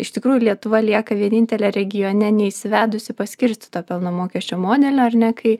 iš tikrųjų lietuva lieka vienintelė regione neįsivedusi paskirstyto pelno mokesčio modelio ar ne kai